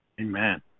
Amen